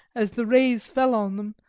as the rays fell on them,